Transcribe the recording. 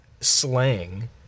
slang